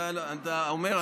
אתה אומר,